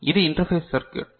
இது interface circuit